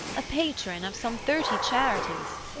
a patron of some thirty charities,